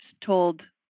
told